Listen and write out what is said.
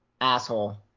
Asshole